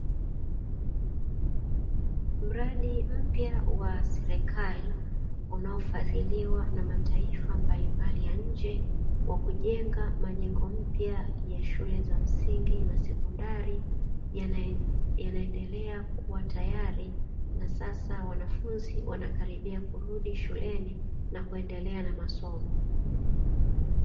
Mradi mpya wa serikali unaofadhiliwa na mataifa mbalimbali ya nje kwa kujenga majengo mapya na shule za msingi na sekondari yanaendelea kuwa tayari na sasa wanafunzi wanakaribia kurudi shuleni na kuendelea na masomo.